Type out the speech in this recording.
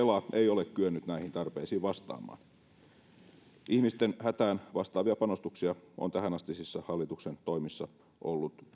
ole kyennyt näihin tarpeisiin vastaamaan ihmisten hätään vastaavia panostuksia on tähänastisissa hallituksen toimissa ollut